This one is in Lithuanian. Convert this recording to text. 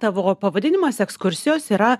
tavo pavadinimas ekskursijos yra